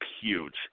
huge